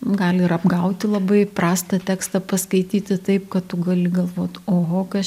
gali ir apgauti labai prastą tekstą paskaityti taip kad tu gali galvot oho kas